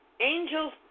Angels